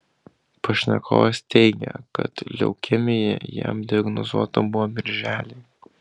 pašnekovas teigia kad leukemija jam diagnozuota buvo birželį